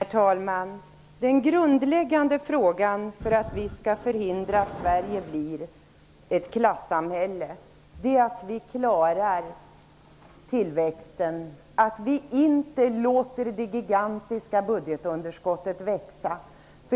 Herr talman! Den grundläggande förutsättningen för att vi skall kunna förhindra att Sverige blir ett klassamhälle är att vi klarar tillväxten och inte låter det gigantiska budgetunderskottet växa.